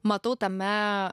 matau tame